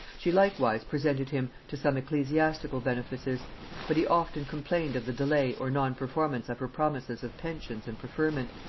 she likewise presented him to some ecclesiastical benefices but he often complained of the delay or non-performance of her promises of pensions and preferment.